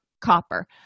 copper